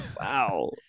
wow